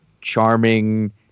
charming